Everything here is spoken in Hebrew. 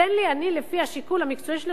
תן לי לפעול לפי השיקול המקצועי שלי,